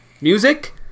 music